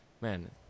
man